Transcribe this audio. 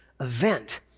event